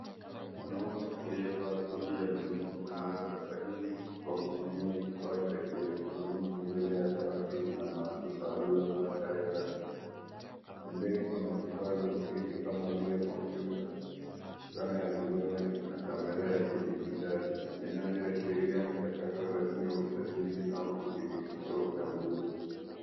Mwanaume aliyevaa suti ya buluu anaweka sahihi kwa kutumia kifaa cha kielektroniki mbele ya dawati la maafisa waliovaa sare rasmi. Pembeni kuna vifaa vya ofisi kama vile kompyuta, scanner ya vidole na kamera ya kidijitali vinavyoashiria mchakato rasmi wa usajili au utambulishi.